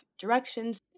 directions